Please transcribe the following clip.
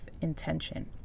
intention